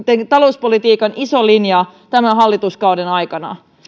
talouspolitiikan iso linja tämän hallituskauden aikana